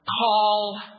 call